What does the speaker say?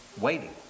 waiting